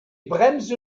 bremse